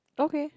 okay